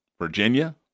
Virginia